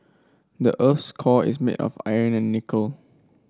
the earth's core is made of iron and nickel